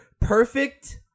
perfect